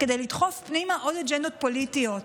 כדי לדחוף פנימה עוד אג'נדות פוליטיות.